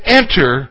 enter